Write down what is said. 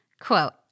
Quote